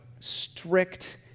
strict